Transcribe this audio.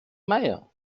mayer